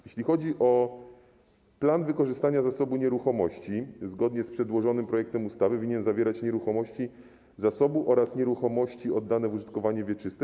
Jeśli chodzi o plan wykorzystania zasobu nieruchomości, to zgodnie z przedłożonym projektem ustawy winien on obejmować nieruchomości zasobu oraz nieruchomości oddane w użytkowanie wieczyste.